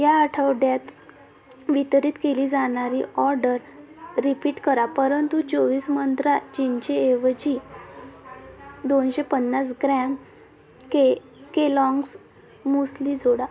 ह्या आठवड्यात वितरित केली जाणारी ऑडर रिपीट करा परंतु चोवीस मंत्रा चिंचेऐवजी दोनशे पन्नास ग्रॅम के केलाँग्स मुसली जोडा